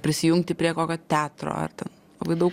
prisijungti prie kokio teatro ar ten labai daug